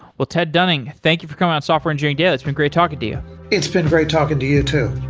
well, ted dunning thank you for coming on software engineering daily. it's been great talking to you it's been great talking to you too